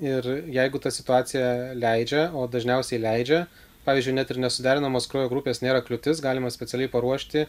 ir jeigu ta situacija leidžia o dažniausiai leidžia pavyzdžiui net ir nesuderinamos kraujo grupės nėra kliūtis galima specialiai paruošti